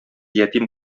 ятим